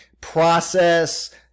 process